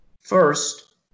First